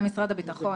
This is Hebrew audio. הביטחון.